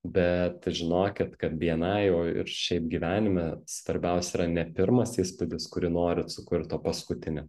bet žinokit kad bni o ir šiaip gyvenime svarbiausia yra ne pirmas įspūdis kurį norit sukurt o paskutini